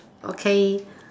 okay